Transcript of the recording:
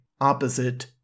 opposite